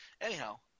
Anyhow